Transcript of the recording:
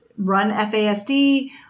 #RunFASD